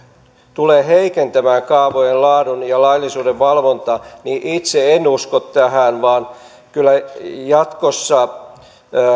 tulee heikentämään kaavojen laadun ja laillisuuden valvontaa niin itse en usko tähän vaan kyllä jatkossa